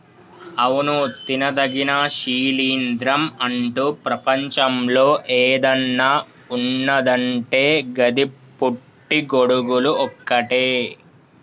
అవును తినదగిన శిలీంద్రం అంటు ప్రపంచంలో ఏదన్న ఉన్నదంటే గది పుట్టి గొడుగులు ఒక్కటే